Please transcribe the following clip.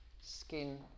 skin